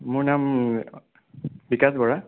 মোৰ নাম বিকাশ বৰা